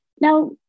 Now